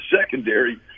secondary